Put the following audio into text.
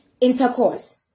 intercourse